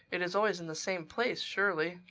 it is always in the same place surely?